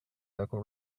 local